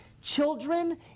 children